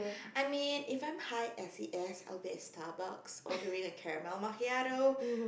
I mean if I'm high S_E_S I'll be at Starbucks ordering a caramel macchiato